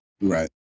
right